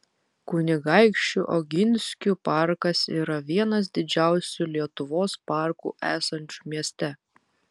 kunigaikščių oginskių parkas yra vienas didžiausių lietuvos parkų esančių mieste